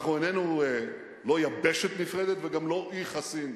אנחנו איננו יבשת נפרדת וגם לא אי חסין,